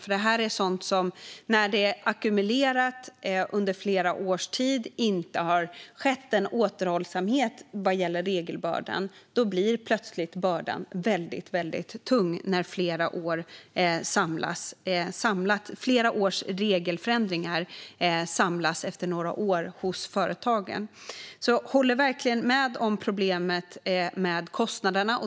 När det inte har funnits någon återhållsamhet utan flera års regelförändringar samlats hos företagen blir ju regelbördan plötsligt väldigt tung. Jag håller därför verkligen med om problemet med kostnaderna.